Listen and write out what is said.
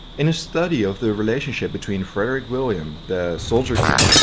in a study of the relationship between frederick william, the soldier king,